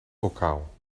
bokaal